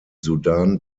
sudan